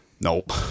nope